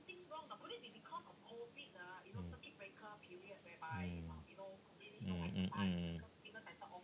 mm mm mm mm mm mm